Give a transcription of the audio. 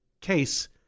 case